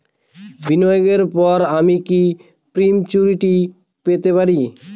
বিনিয়োগের পর আমি কি প্রিম্যচুরিটি পেতে পারি?